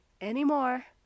anymore